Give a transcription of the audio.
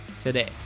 Today